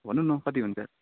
भन्नुहोस् न हौ कति हुन्छ